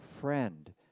Friend